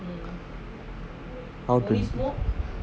how to